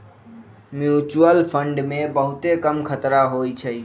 mutual fund मे बहुते कम खतरा होइ छइ